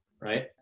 right